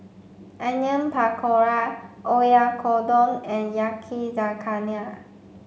Onion Pakora Oyakodon and Yakizakana